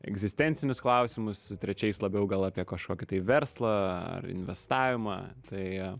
egzistencinius klausimus trečiais labiau gal apie kažkokį tai verslą ar investavimą tai